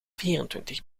vierentwintig